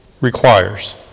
requires